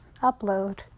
upload